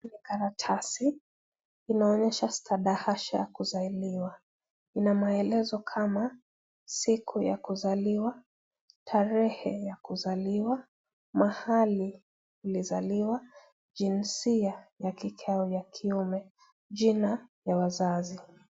Karatasi inaonyesha stadahasha ya kuzaliwa. Ina maelezo kama siku ya kuzaliwa, tarehe ya kuzaliwa, mahali ulizaliwa, jinsia ya kike au kiume, jina ya wazazi.